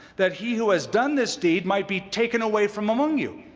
that he who has done this deed might be taken away from among you.